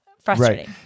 frustrating